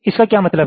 इसका क्या मतलब है